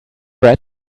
red